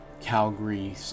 Calgary